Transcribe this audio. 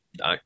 no